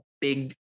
big